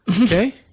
Okay